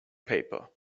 paper